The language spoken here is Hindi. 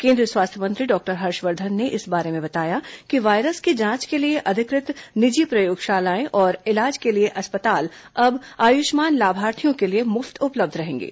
केंद्रीय स्वास्थ्य मंत्री डॉक्टर हर्षवर्धन ने इस बारे में बताया कि वायरस की जांच के लिए अधिकृत निजी प्रयोगशालाएं और इलाज के लिए अस्पताल अब आयुष्मान लाभार्थियों के लिए मृफ्त उपलब्ध रहेंगे